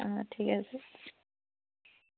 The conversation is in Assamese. অঁ ঠিক আছে